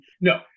No